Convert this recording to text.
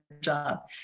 job